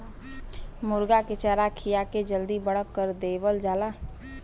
मुरगा के चारा खिया के जल्दी बड़ा कर देवल जाला